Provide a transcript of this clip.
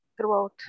throughout